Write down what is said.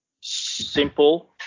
simple